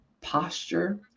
posture